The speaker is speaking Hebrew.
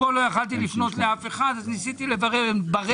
פה לא יכולתי לפנות לאף אחד, אז ניסיתי לברר.